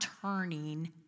turning